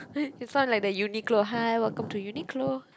you sound like the Uniqlo hi welcome to Uniqlo